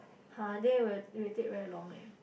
!huh! then it would it would take very long leh